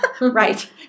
Right